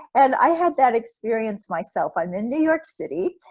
and i had that experience myself. i'm in new york city,